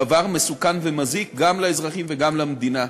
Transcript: דבר מסוכן ומזיק גם לאזרחים וגם למדינה.